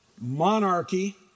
monarchy